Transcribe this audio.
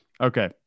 okay